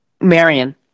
Marion